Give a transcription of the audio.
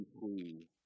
free